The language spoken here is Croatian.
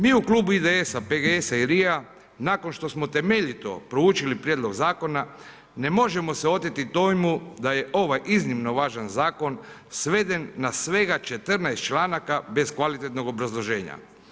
Mi u klubu IDS-a, PGS-a i RIA, nakon što smo temeljito proučili prijedlog zakona, ne možemo se oteti dojmu da je ovaj iznimno važan zakon sveden na svega 14 članaka bez kvalitetnog obrazloženja.